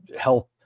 health